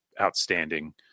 outstanding